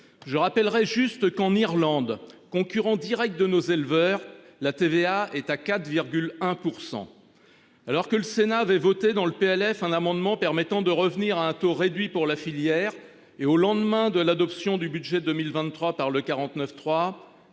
Je rappellerai juste qu'en Irlande concurrent Direct de nos éleveurs. La TVA est à 4,1%. Alors que le Sénat avait voté dans le PLF, un amendement permettant de revenir à un taux réduit pour la filière et au lendemain de l'adoption du budget 2023 par le 49.3.